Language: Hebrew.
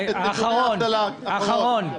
--- ואחרון.